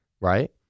right